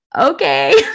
Okay